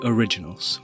Originals